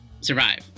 survive